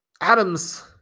Adams